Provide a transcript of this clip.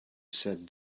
said